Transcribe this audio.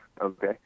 Okay